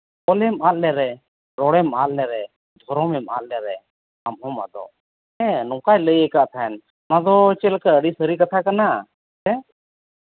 ᱚᱞᱮᱢ ᱟᱫ ᱞᱮᱨᱮ ᱫᱷᱚᱨᱚᱢᱮᱢ ᱟᱫ ᱞᱮᱨᱮ ᱟᱢ ᱦᱚᱢ ᱟᱫᱚᱜ ᱦᱮᱸ ᱱᱚᱝᱠᱟᱭ ᱞᱟᱹᱭ ᱠᱟᱜ ᱛᱟᱦᱮᱱ ᱚᱱᱟ ᱫᱚ ᱪᱮᱫᱞᱮᱠᱟ ᱟᱹᱰᱤ ᱥᱟᱹᱨᱤ ᱠᱟᱛᱷᱟ ᱠᱟᱱᱟ ᱥᱮ